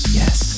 yes